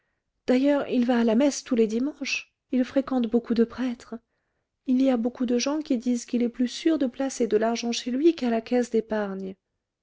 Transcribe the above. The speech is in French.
d'ailleurs il va à la messe tous les dimanches il fréquente beaucoup de prêtres il y a beaucoup de gens qui disent qu'il est plus sûr de placer de l'argent chez lui qu'à la caisse d'épargne